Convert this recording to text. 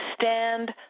stand